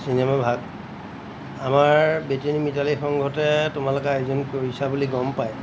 চিনেমাভাগ আমাৰ বেতিয়নী মিতালী সংঘতে তোমালোকে আয়োজন কৰিছা বুলি গম পাই